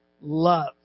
love